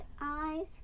eyes